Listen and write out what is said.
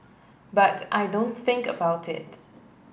but I don't think about it